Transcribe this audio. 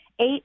eight